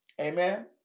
Amen